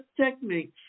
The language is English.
techniques